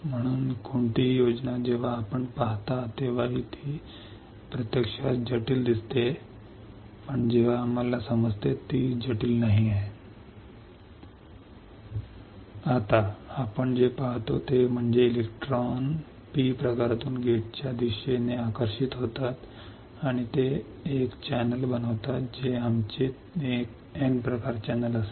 म्हणून कोणतीही योजनाबद्ध जेव्हा आपण पाहता तेव्हा ती प्रत्यक्षात जटिल दिसते जेव्हा आपल्याला समजते की ते जटिल नाही आता आपण जे पाहतो ते म्हणजे इलेक्ट्रॉन P प्रकारातून गेटच्या दिशेने आकर्षित होतात आणि ते एक चॅनेल बनवते जे आमचे N प्रकार चॅनेल असेल